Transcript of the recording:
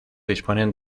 disponen